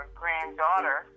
granddaughter